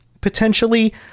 potentially